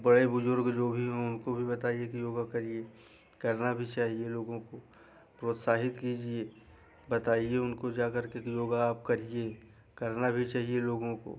बड़े बुजुर्ग जो भी हों उनको भी बताएं कि योग करिये करना भी चाहिए लोगों को प्रोत्साहित कीजिए बताइए उनको जा करके कि योगा आप करिये करना भी चाहिए लोगों को